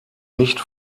nicht